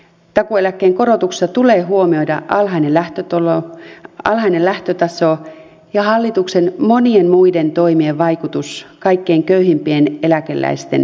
takuueläkkeen korotuksessa tulee huomioida alhainen lähtötaso ja hallituksen monien muiden toimien vaikutus kaikkein köyhimpien eläkeläisten talouteen